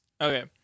Okay